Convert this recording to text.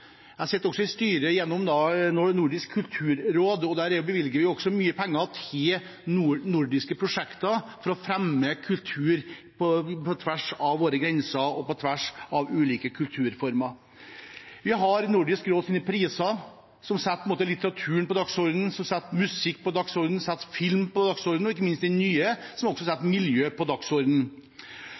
Jeg sitter i styret til Nordisk kulturfond. Der bevilger vi mye penger til nordiske prosjekter for å fremme kultur på tvers av grensene våre og på tvers av ulike kulturformer. Vi har Nordisk råds priser, som setter litteratur, musikk og film på dagsordenen. En ny pris setter også miljø på dagsordenen. Det er ulike arrangement. Nå er det blitt tatt et initiativ til å støtte en